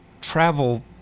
travel